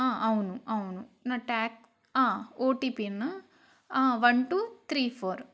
అవును అవును నా ట్యాక్ ఓటీపీ అన్న వన్ టూ త్రీ ఫోర్